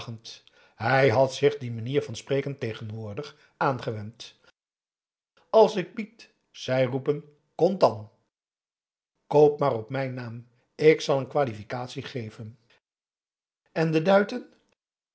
hij had zich die manier van spreken tegenwoordig aangewend als ik bied zij roepen kontan koop maar op mijn naam ik zal een qualificatie geven en de duiten